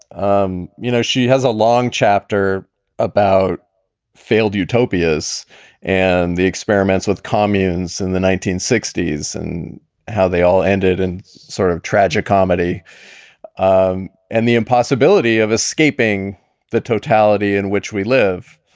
um you know, she has a long chapter about failed utopias and the experiments with communes in the nineteen sixty s and how they all ended and sort of tragicomedy um and the impossibility of escaping the totality in which we live.